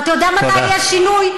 ואתה יודע מתי יהיה שינוי?